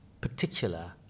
particular